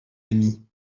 ami